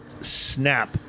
snap